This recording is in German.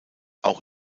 auch